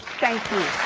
thank you.